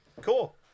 Cool